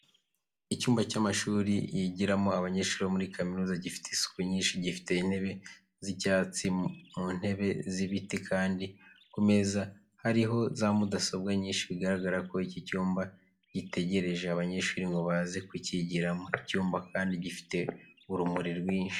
Icyumba cy'amashuri yigiramo abanyeshuri bo muri kaminuza gifite isuku nyinshi, gifite intebe z'icyatsi mu ntebe z'ibiti kandi ku meza hariho za mudasobwa nyinshi bigaragara ko iki cyumba gitegereje abanyeshuri ngo baze kucyigiramo. Icyumba kandi gifite urumuri rwinshi.